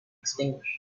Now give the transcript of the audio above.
extinguished